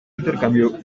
intercambio